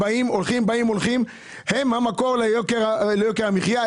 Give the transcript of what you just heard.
שהם המקור ליוקר המחייה,